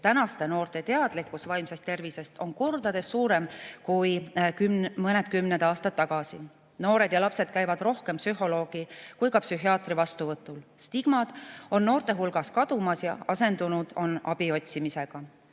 Tänaste noorte teadlikkus vaimsest tervisest on kordades suurem kui mõned kümned aastad tagasi. Noored ja lapsed käivad rohkem nii psühholoogi kui ka psühhiaatri vastuvõtul. Stigmad on noorte hulgas kadumas ja asendunud abi otsimisega,